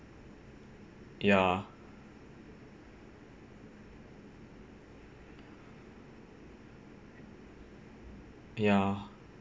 ya ya